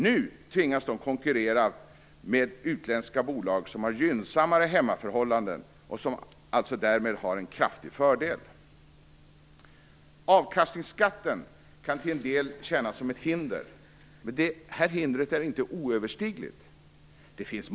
Nu tvingas de konkurrera med utländska bolag som har gynnsammare hemmaförhållanden och som därmed alltså har en kraftig fördel. Avkastningsskatten kan till en del kännas som ett hinder, men det är inget oöverstigligt hinder.